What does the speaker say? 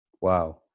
Wow